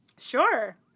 Sure